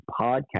podcast